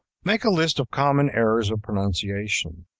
make a list of common errors of pronunciation,